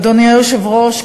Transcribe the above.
אדוני היושב-ראש,